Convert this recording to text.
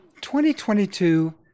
2022